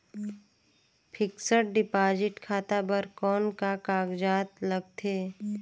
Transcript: Fixed deposit खाता बर कौन का कागजात लगथे?